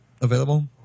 available